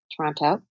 Toronto